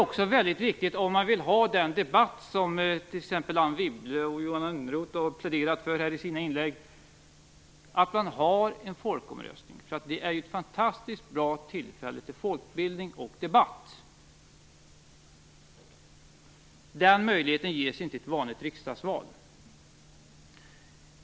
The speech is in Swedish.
Om man vill ha den debatt som t.ex. Anne Wibble och Johan Lönnroth har pläderat för i sina inlägg, är det viktigt att man har en folkomröstning. Det är ju ett fantastiskt bra tillfälle till folkbildning och debatt. Den möjligheten ges inte vid ett vanligt riksdagsval.